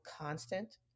constant